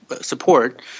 Support